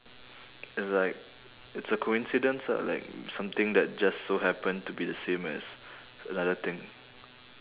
it's like it's a coincidence ah like something that just so happen to be the same as the other thing